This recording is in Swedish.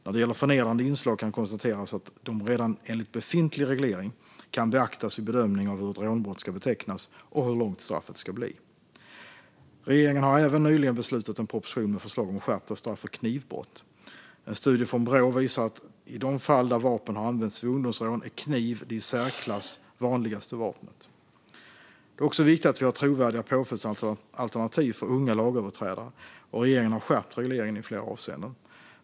När det gäller förnedrande inslag kan konstateras att de redan enligt befintlig reglering kan beaktas vid bedömning av hur ett rånbrott ska betecknas och hur långt straffet ska bli. Regeringen har även nyligen beslutat om en proposition med förslag om skärpta straff för knivbrott. En studie från Brå visar att i de fall där vapen har använts vid ungdomsrån är kniv det i särklass vanligaste vapnet. Det är också viktigt att vi har trovärdiga påföljdsalternativ för unga lagöverträdare, och regeringen har skärpt regleringen i flera avseenden.